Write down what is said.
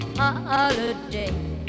holiday